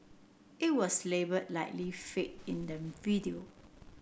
it was labelled Likely Fake in the video